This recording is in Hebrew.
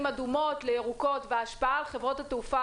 אדומות לירוקות וההשפעה על חברות התעופה,